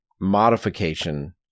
modification